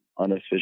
unofficial